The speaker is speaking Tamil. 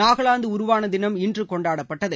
நாகலாந்து உருவான தினம் இன்று கொண்டாடப்பட்டது